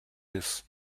ist